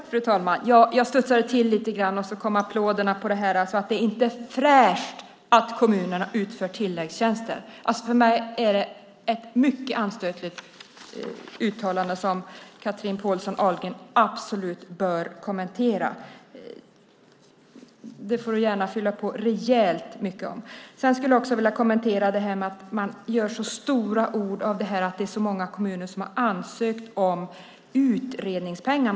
Fru talman! Jag studsade till lite grann, och sedan kom applåderna. Chatrine Pålsson Ahlgren sade att det inte är fräscht att kommunerna utför tilläggstjänster. För mig är det ett mycket anstötligt uttalande som Chatrine Pålsson Ahlgren absolut bör kommentera. Hon får gärna fylla på rejält mycket om detta. Jag skulle också vilja kommentera att man använder så stora ord om att det är så många kommuner som har ansökt om utredningspengar.